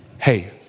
Hey